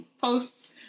posts